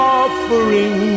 offering